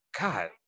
God